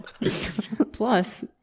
Plus